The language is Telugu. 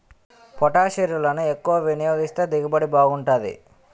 పొటాషిరులను ఎక్కువ వినియోగిస్తే దిగుబడి బాగుంటాది